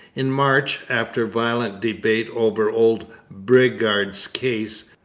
in march, after violent debate over old bridgar's case,